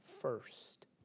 first